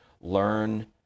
learn